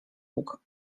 łuk